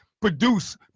Produce